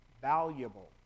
valuable